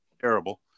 Terrible